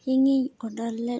ᱤᱧᱤᱧ ᱚ ᱰᱟᱨ ᱞᱮᱫ